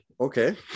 Okay